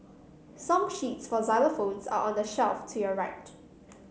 song sheets for xylophones are on the shelf to your right